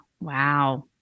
Wow